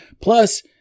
Plus